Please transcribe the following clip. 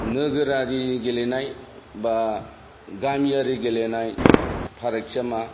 नोगोरारि गेलेनाय बा गामियारि गेलेनाय फारगाथिया मा